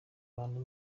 bantu